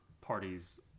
parties